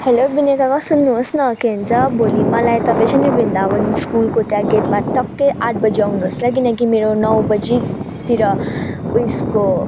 hello Vinay दादा सुन्नुहोस् न के भन्छ भोलि मलाई तपाईँ छ नि वृन्दावन स्कुलको त्यहाँ गेटमा टक्कै आठ बजी आउनुहोस् ल किनकि मेरो नौ बजीतिर उयेसको